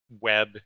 web